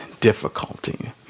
difficulty